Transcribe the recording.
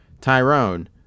Tyrone